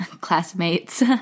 classmates